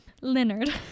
Leonard